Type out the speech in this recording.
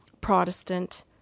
Protestant